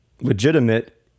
legitimate